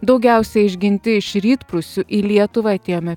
daugiausia išginti iš rytprūsių į lietuvą atėjome